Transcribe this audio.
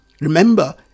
Remember